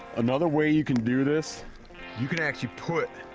another way you can do this you can actually put